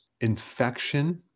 infection